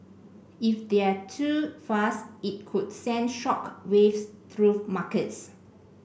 if they're too fast it could send shock waves through markets